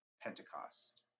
Pentecost